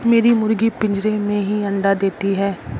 मेरी मुर्गियां पिंजरे में ही अंडा देती हैं